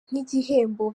nk’igihembo